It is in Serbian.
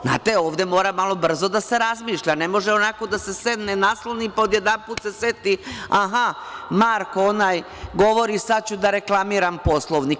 Znate, ovde mora malo brzo da se razmišlja, ne može onako da se sedne, nasloni, pa odjedanput se seti - aha, Marko onaj govori, sad ću da reklamiram Poslovnik.